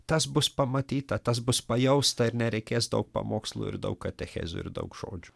tas bus pamatyta tas bus pajausta ar nereikės daug pamokslų ir daug katechezių ir daug žodžių